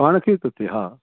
पाण खे थो थिए हा